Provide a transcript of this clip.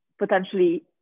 potentially